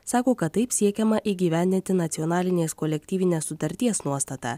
sako kad taip siekiama įgyvendinti nacionalinės kolektyvinės sutarties nuostatą